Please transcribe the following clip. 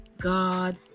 God